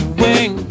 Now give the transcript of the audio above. wing